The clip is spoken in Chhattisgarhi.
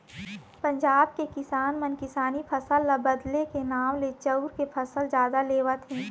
पंजाब के किसान मन किसानी फसल ल बदले के नांव ले चाँउर के फसल जादा लेवत हे